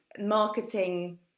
marketing